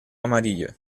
amarillo